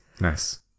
Nice